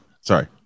Sorry